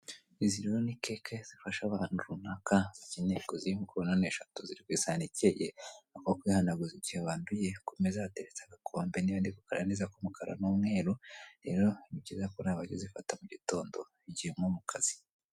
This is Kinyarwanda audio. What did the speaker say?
Izi ni keke (cake ) zifasha abantu runaka bakene kuzirya urabona ni eshatu kw'isahani zegeye ako kwihanaguza igihe banduye, kumeza hateretse agakombe n'ibindi imbere kumeza k'umukara n'umweru rero nibyiza ko nawe wajya uzifata mu gitondo ugihe nko mu kazi.